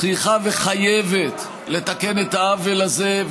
צריכה וחייבת לתקן את העוול הזה,